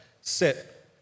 sit